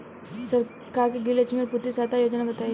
सरकार के गृहलक्ष्मी और पुत्री यहायता योजना बताईं?